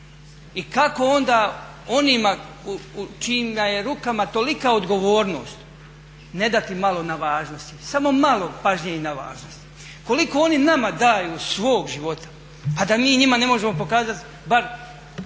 I kako onda onima u čijim je rukama tolika odgovornost ne dati malo na važnosti, samo malo pažnje i na važnosti. Koliko oni nama daju svog života pa da mi njima ne možemo pokazati bar